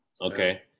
okay